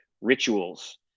rituals